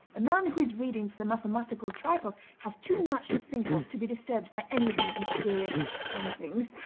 a man who is reading for the mathematical tripos has too much to think of to be disturbed by any of these mysterious somethings,